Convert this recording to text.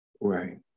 Right